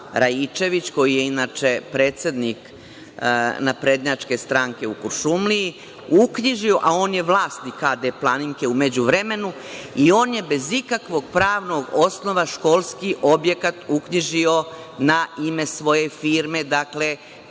Raičević, koji je inače predsednik Naprednjačke stranke u Kuršumliji, uknjižio, a on je vlasnik a.d. „Planinke“ u međuvremenu, i on je bez ikakvog pravnog osnova, školski objekat uknjižio na ime svoje firme, dakle